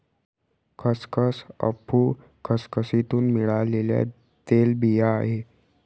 खसखस अफू खसखसीतुन मिळालेल्या तेलबिया आहे